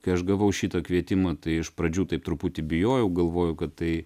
kai aš gavau šitą kvietimą tai iš pradžių taip truputį bijojau galvojau kad tai